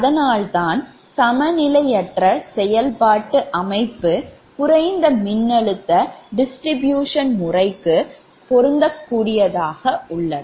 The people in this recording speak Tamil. அதனால்தான் சமநிலையற்ற செயல்பாட்டு அமைப்பு குறைந்த மின்னழுத்த distribution முறைக்கு பொருந்தக்கூடியதாக உள்ளது